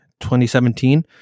2017